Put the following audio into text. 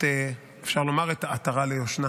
אפשר לומר, עטרה ליושנה.